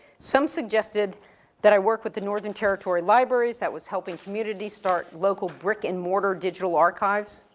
some suggested that i work with the northern territory libraries, that was helping communities start local brick and mortar digital archives.